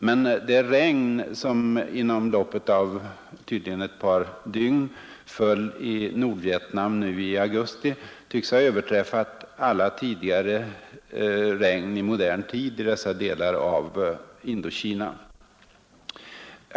Men det regn som tydligen inom loppet av ett par dygn föll i Nordvietnam nu i augusti tycks ha överträffat alla tidigare regn i modern tid i dessa delar av Indokina.